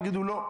יגידו: לא,